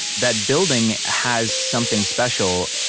that building has something special.